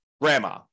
grandma